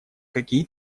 какие